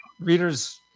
readers